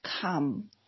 come